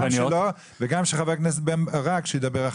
גם שלו וגם של חבר הכנסת בן ברק שידבר אחריו.